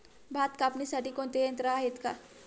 भात कापणीसाठी कोणते यंत्र आहेत का?